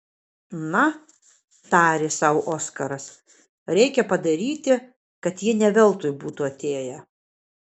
na tarė sau oskaras reikia padaryti kad jie ne veltui būtų atėję